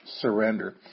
surrender